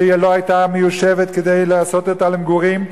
שלא היתה מיושבת, כדי לעשות אותה למגורים?